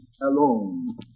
alone